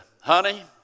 honey